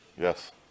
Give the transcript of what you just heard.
Yes